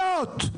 מאות,